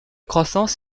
croissance